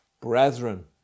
brethren